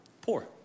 Poor